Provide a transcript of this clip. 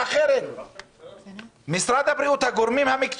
אבל אני מסתכלת על בריאות הציבור ועל ערך החיים כערך